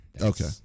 Okay